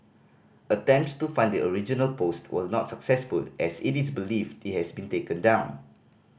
attempts to find the original post was not successful as it is believed it has been taken down